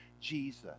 Jesus